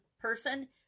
person